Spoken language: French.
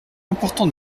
important